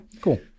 cool